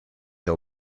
your